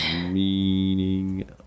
Meaning